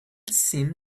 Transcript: seemed